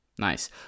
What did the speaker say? Nice